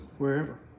Wherever